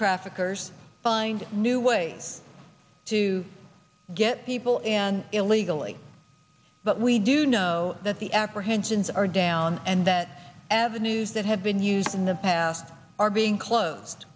traffickers find new ways to get people illegally but we do know that the apprehensions are down and that avenues that have been used in the past are being close